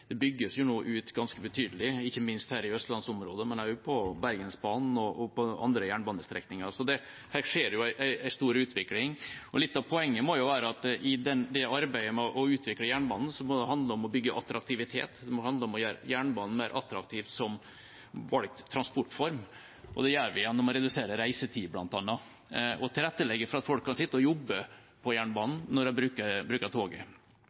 i østlandsområdet, men også på Bergensbanen og på andre jernbanestrekninger. Så det skjer en stor utvikling. Litt av poenget må være at i arbeidet med å utvikle jernbanen må det handle om å bygge attraktivitet, det må handle om å gjøre jernbanen mer attraktiv som valgt transportform. Det gjør vi gjennom å redusere reisetid, bl.a., og å tilrettelegge for at folk kan sitte og jobbe på toget når de bruker